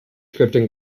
scripting